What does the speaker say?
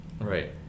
right